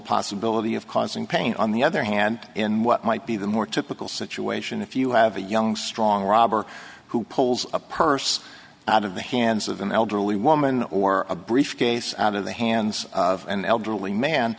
possibility of causing pain on the other hand in what might be the more typical situation if you a young strong robber who pulls a purse out of the hands of an elderly woman or a briefcase in the hands of an elderly man